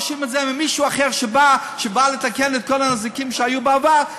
וכל פעם דורשים את זה ממישהו אחר שבא לתקן את כל הנזקים שהיו בעבר,